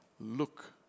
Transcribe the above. Look